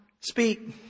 speak